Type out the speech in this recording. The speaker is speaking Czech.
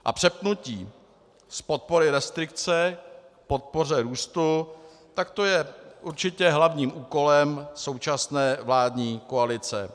A přepnutí z podpory restrikce k podpoře růstu, tak to je určitě hlavním úkolem současné vládní koalice.